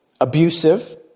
abusive